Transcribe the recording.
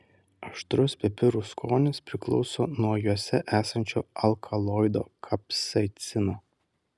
aštrus pipirų skonis priklauso nuo juose esančio alkaloido kapsaicino